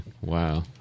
Wow